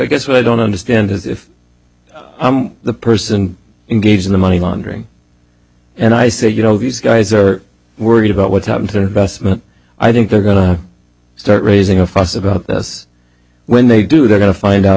guess what i don't understand is if i'm the person engaged in the money laundering and i say you know these guys are worried about what's happened to vestment i think they're going to start raising a fuss about this when they do they're going to find out